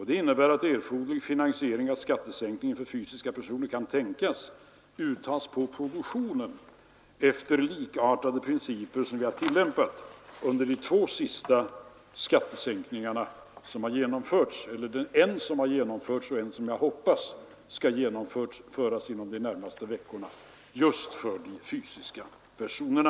Det innebär att erforderliga finansieringar av skattesänkningar för fysiska personer kan tänkas uttas på produktionen efter likartade principer som vi har tillämpat vid de två senaste skattesänkningarna, varav en har genomförts och en, som jag hoppas, kommer att genomföras inom de närmaste veckorna just för fysiska personer.